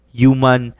human